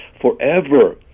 forever